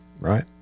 right